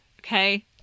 Okay